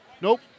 Nope